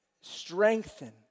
strengthen